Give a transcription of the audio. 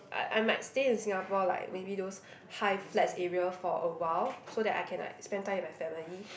I I might stay in Singapore like maybe those high flats area for a while so that I can like spend time with my family